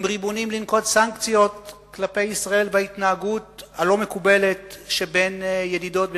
הם ריבוניים לנקוט סנקציות כלפי ישראל בהתנהגות הלא-מקובלת שבין ידידות,